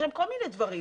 יש שם כל מיני דברים.